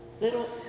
little